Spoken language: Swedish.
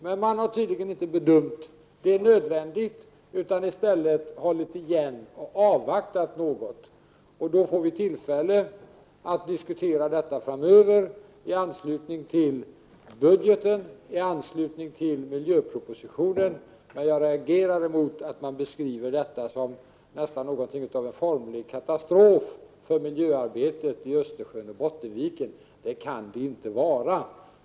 Men man har tydligen inte bedömt det nödvändigt utan i stället hållit igen och avvaktat något. Då får vi tillfälle att diskutera detta framöver i anslutning till budgeten och i anslutning till miljöpropositionen. Men jag reagerar mot att man beskriver detta som något av en formlig katastrof för miljöarbetet i Östersjön och Bottenviken. Så kan det inte vara.